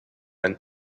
and